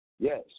Yes